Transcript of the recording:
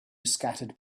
scattered